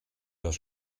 das